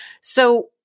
So-